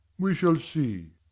we shall see.